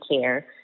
care